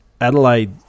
Adelaide